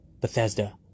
Bethesda